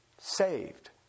saved